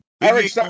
Eric